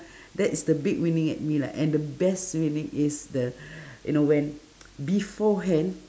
that is the big wining at me lah and the best winning is the you know when beforehand